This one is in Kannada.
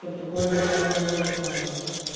ಸ್ವಲ್ಪ ಕೋಲ್ಡ್ ಐಟಮ್ ಎಲ್ಲ ಜಾಗ್ರತೆ ಮಾಡ್ಬೇಕು